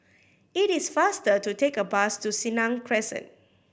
it is faster to take a bus to Senang Crescent